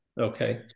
Okay